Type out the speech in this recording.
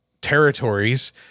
territories